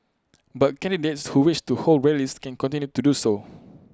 but candidates who wish to hold rallies can continue to do so